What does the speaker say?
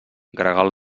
gregal